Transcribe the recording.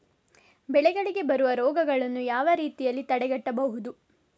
ಬೆಳೆಗಳಿಗೆ ಬರುವ ರೋಗಗಳನ್ನು ಯಾವ ರೀತಿಯಲ್ಲಿ ತಡೆಗಟ್ಟಬಹುದು?